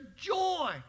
joy